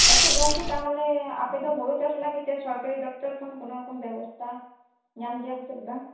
ᱟᱪᱪᱷᱟ ᱜᱚᱢᱠᱮ ᱛᱟᱦᱚᱞᱮ ᱟᱯᱮ ᱫᱚ ᱦᱩᱲᱩ ᱪᱟᱥ ᱞᱟᱹᱜᱤᱫ ᱛᱮ ᱥᱚᱨᱠᱟᱨᱤ ᱫᱚᱯᱛᱚᱨ ᱠᱷᱚᱱ ᱠᱚᱱᱳᱨᱚᱠᱚᱢ ᱵᱮᱵᱚᱛᱷᱟ ᱧᱟᱢ ᱜᱮᱭᱟ ᱯᱮᱥᱮ ᱵᱟᱝ